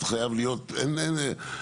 היערכות לאחר יישום החלטת הממשלה,